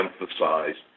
emphasized